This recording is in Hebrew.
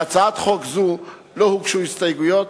להצעת החוק לא הוגשו הסתייגויות.